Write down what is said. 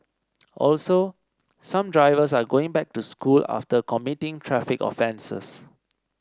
also some drivers are going back to school after committing traffic offences